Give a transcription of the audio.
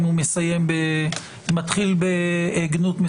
אם הוא מתחיל בגנות,